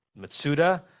Matsuda